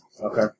Okay